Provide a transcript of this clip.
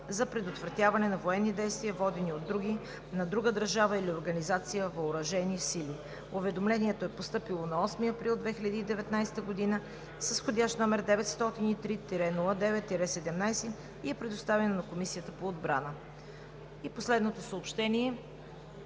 за предотвратяване на военни действия, водени от други, на друга държава или организация, въоръжени сили. Уведомлението е постъпило на 8 април 2019 г., вх. № 903 09 17 и е предоставено на Комисията по отбраната. Последно съобщение: